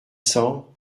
cents